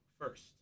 First